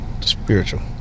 spiritual